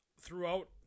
Throughout